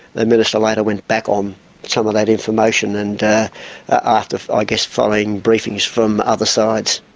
the minister later went back on some of that information, and ah after i guess following briefings from other sides.